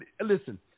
Listen